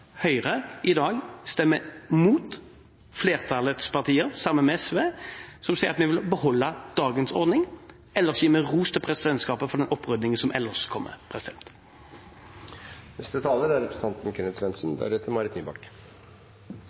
Høyre i dag stemmer mot flertallets forslag til vedtak – sammen med SV – og sier at vi vil beholde dagens ordning. For øvrig gir vi ros til presidentskapet for den opprydning som ellers kommer.